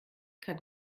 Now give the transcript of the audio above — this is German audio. kann